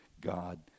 God